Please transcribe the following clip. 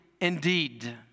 indeed